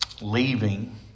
leaving